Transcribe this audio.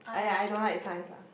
!aiya! I don't like Science lah